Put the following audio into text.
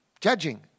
judging